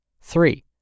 Three